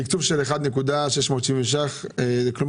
תקצוב של 1.670,000 שקלים.